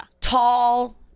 Tall